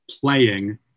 playing